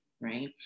Right